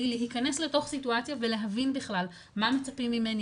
להיכנס לתוך סיטואציה ולהבין בכלל מה מצפים ממני,